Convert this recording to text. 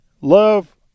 love